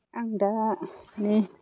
आं दा माने